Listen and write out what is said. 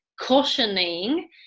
cautioning